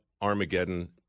Armageddon